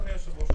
אדוני היושב-ראש,